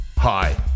Hi